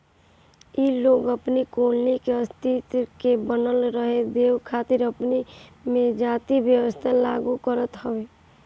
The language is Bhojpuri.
इ लोग अपनी कॉलोनी के अस्तित्व के बनल रहे देवे खातिर अपनी में जाति व्यवस्था के लागू करत हवे